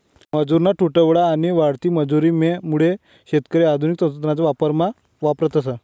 मजुरना तुटवडा आणि वाढती मजुरी मुये शेतकरी आधुनिक तंत्रज्ञान वावरमा वापरतस